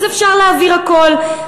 אז אפשר להעביר הכול.